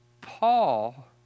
Paul